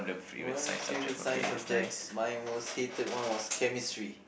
one favorite Science subject my most hated one was Chemistry